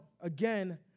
again